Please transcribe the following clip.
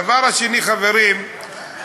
הדבר השני, חברים,